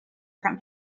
from